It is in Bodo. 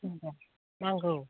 सेन्देल नांगौ